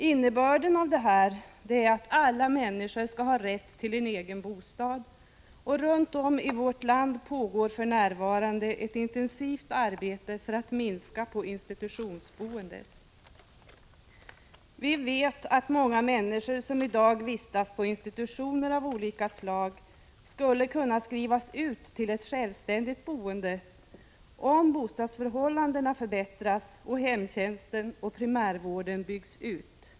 Innebörden av detta är att alla människor skall ha rätt till en egen bostad, och runt om i vårt land pågår för närvarande ett intensivt arbete för att minska på institutionsboendet. Vi vet att många människor som i dag vistas på institutioner av olika slag skulle kunna skrivas ut till ett självständigt boende, om bostadsförhållandena förbättras och hemtjänsten och primärvården byggs ut.